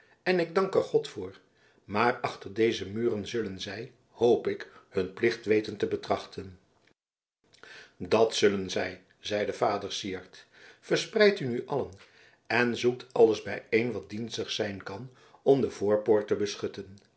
en ik dank er god voor maar achter deze muren zullen zij hoop ik hun plicht weten te betrachten dat zullen zij zeide vader syard verspreidt u nu allen en zoekt alles bijeen wat dienstig zijn kan om de voorpoort te beschutten